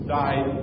died